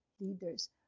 leaders